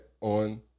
on